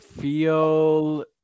feel